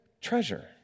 treasure